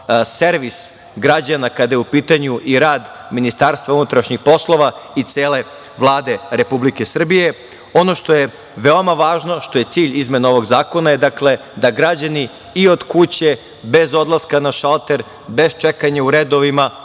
servis građana kada je u pitanju i rad Ministarstva unutrašnjih poslova i cele Vlade Republike Srbije. Ono što je veoma važno, što je cilj izmene ovog zakona je, dakle, da građani i od kuće bez odlaska na šalter, bez čekanja u redovima